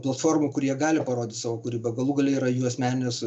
platformų kur jie gali parodyt savo kūrybą galų gale yra jų asmeninės